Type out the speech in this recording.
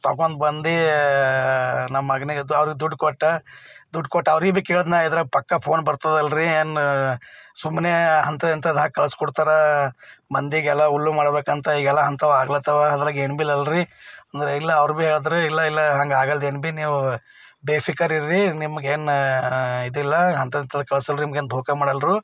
ತಗೊಂಡು ಬಂದು ನಮ್ಮ ಮಗನಿಗೆ ಅದ್ರ ದುಡ್ಡು ಕೊಟ್ಟೆ ದುಡ್ಡು ಕೊಟ್ಟು ಅವ್ರಿಗೆ ಬಿ ಕೇಳಿದ್ನ ಇದರ ಪಕ್ಕ ಫೋನ್ ಬರ್ತದಲ್ರಿ ಏನು ಸುಮ್ಮನೆ ಅಂತ ಇಂಥದ್ದು ಹಾಕಿ ಕಳ್ಸಿ ಕೊಡ್ತಾರಾ ಮಂದಿಗೆಲ್ಲ ಉಲ್ಲು ಮಾಡಬೇಕಂತ ಈಗೆಲ್ಲ ಅಂತ ಆಗ್ಲತ್ತಾವ ಅದ್ರಾಗ ಏನು ಭೀ ಇಲ್ಲಲ್ರಿ ಯೆ ಇಲ್ಲ ಅವು ಭೀ ಹೇಳಿದರು ಇಲ್ಲ ಇಲ್ಲ ಹಂಗೆ ಆಗಲ್ದೆ ಏನು ಭೀ ನೀವು ಬೇಫಿಕರ್ ಇರ್ರಿ ನಿಮಗೆ ಏನು ಇದಿಲ್ಲ ಅಂತ ಇಂಥದ್ದು ಕಳಿಸಲ್ಲ ನಿಮ್ಗೇನು ದೋಖಾ ಮಾಡಲ್ರು